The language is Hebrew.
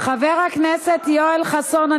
חבר הכנסת יואל חסון,